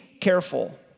careful